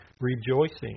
rejoicing